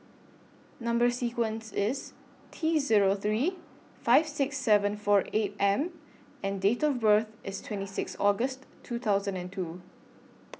Number sequence IS T Zero three five six seven four eight M and Date of birth IS twenty six August two thousand and two